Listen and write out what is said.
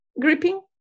gripping